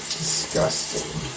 disgusting